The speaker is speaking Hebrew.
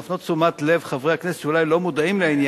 זו באמת הזדמנות להפנות את תשומת לב חברי הכנסת שאולי לא מודעים לעניין,